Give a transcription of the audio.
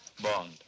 Bond